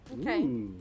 Okay